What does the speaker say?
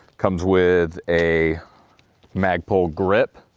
comes with a magpul grip.